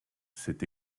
c’est